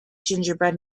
gingerbread